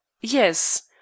Yes